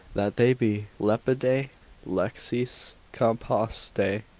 that they be lepidae lexeis compostae,